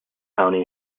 county